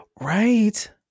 right